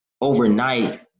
overnight